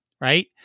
right